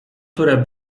które